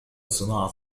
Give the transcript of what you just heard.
صناعة